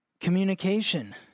Communication